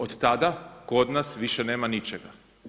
Od tada kod nas više nema ničega.